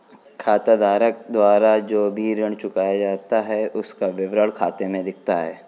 खाताधारक द्वारा जो भी ऋण चुकाया जाता है उसका विवरण खाते में दिखता है